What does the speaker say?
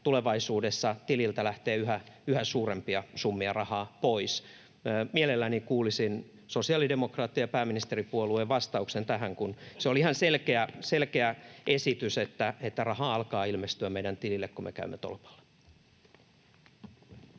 tulevaisuudessa tililtä lähtee yhä suurempia summia rahaa pois? Mielelläni kuulisin sosiaalidemokraattien ja pääministeripuolueen vastauksen tähän, kun se oli ihan selkeä esitys, että rahaa alkaa ilmestyä meidän tilille, kun me käymme tolpalla.